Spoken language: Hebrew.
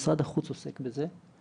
משרד החוץ עוסק בזה.